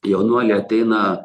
jaunuoliai ateina